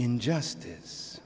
injustice